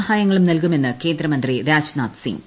സഹായങ്ങളും നൽകുമെന്ന് ക്യേന്ദ്രമന്ത്രി രാജ്നാഥ് സിംഗ്